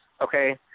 okay